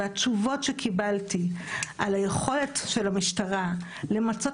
והתשובות שקיבלתי על היכולת של המשטרה למצות